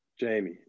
Jamie